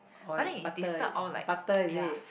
oil butter butter is it